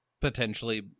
potentially